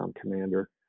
commander